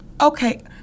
okay